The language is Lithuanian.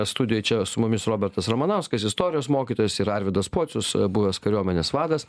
studijoj čia su mumis robertas ramanauskas istorijos mokytojas ir arvydas pocius buvęs kariuomenės vadas